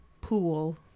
pool